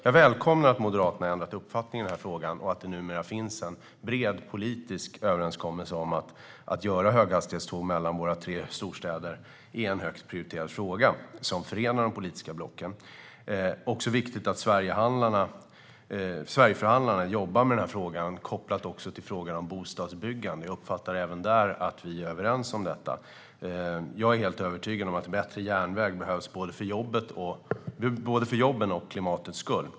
Jag välkomnar att Moderaterna har ändrat uppfattning i frågan och att det numera finns en bred politisk överenskommelse om att göra höghastighetståg mellan våra tre storstäder, att det är en högt prioriterad fråga som förenar de politiska blocken. Det är också viktigt att Sverigeförhandlarna jobbar med den här frågan, kopplat också till frågan om bostadsbyggande. Jag uppfattar även där att vi är överens. Jag är helt övertygad om att bättre järnväg behövs både för jobbens och klimatets skull.